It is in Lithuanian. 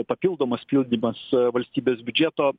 papildomas pildymas valstybės biudžeto